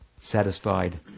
satisfied